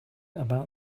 about